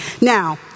Now